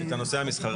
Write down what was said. את הנושא המסחרי.